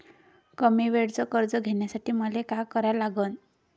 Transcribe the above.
कमी वेळेचं कर्ज घ्यासाठी मले का करा लागन?